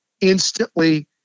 instantly